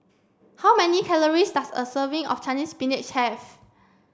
how many calories does a serving of Chinese spinach have